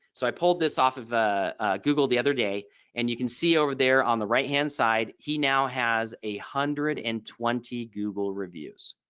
so i pulled this off of ah google the other day and you can see over there on the right hand side. he now has a hundred and twenty google reviews.